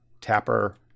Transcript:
Tapper